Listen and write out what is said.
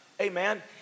Amen